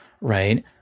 right